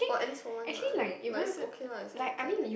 or at least for one month like it's okay lah it's not that ex